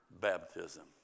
baptism